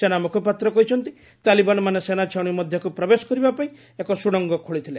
ସେନା ମୁଖପାତ୍ର କହିଛନ୍ତି ତାଲିବାନମାନେ ସେନାଛାଉଣି ମଧ୍ୟକୁ ପ୍ରବେଶ କରିବାପାଇଁ ଏକ ସୁଡ଼ଙ୍ଗ ଖୋଳିଥିଲେ